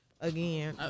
again